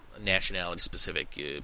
nationality-specific